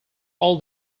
all